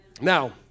now